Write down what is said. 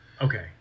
Okay